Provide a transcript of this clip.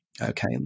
Okay